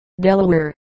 Delaware